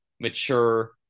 mature